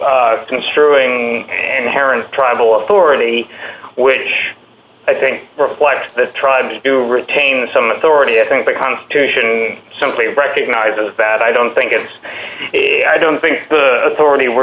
cases construing inherent tribal authority which i think reflect the tribes to retain some authority i think the constitution simply recognizes that i don't think it's i don't think the authority we're